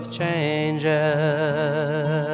changes